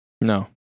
No